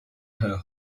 her